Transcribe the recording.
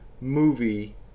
movie